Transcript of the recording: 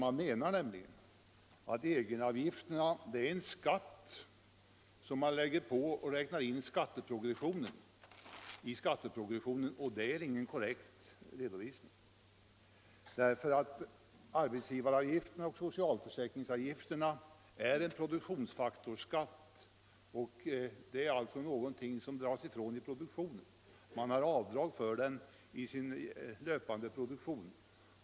Man menar nämligen att egenavgifterna är skatt och räknar in dem i skatteprogressionen. Det är inte en korrekt redovisning. Arbetsgivaravgiften och socialförsäkringsavgifterna är produktionsfaktorsskatter, som man får göra avdrag för i sin löpande produktion.